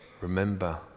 Remember